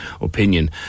opinion